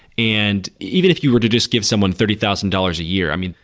and even if you were to just give someone thirty thousand dollars a year, i mean,